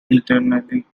eternally